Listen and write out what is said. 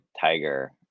tiger